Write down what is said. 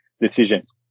decisions